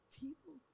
people